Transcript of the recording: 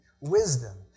wisdom